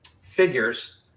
figures